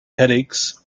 headaches